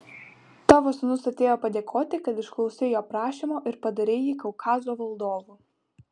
tavo sūnus atėjo padėkoti kad išklausei jo prašymo ir padarei jį kaukazo valdovu